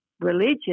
religion